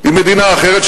עם מדינה אחרת,